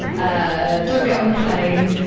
ah don't get on a plane.